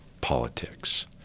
politics